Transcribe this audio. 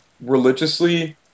religiously